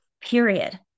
Period